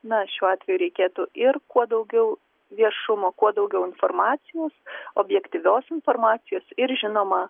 na šiuo atveju reikėtų ir kuo daugiau viešumo kuo daugiau informacijos objektyvios informacijos ir žinoma